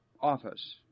office